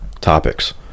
topics